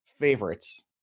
favorites